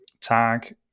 tag